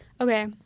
okay